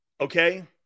Okay